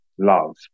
love